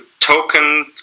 Token